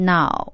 Now 》 。